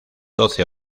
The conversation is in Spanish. doce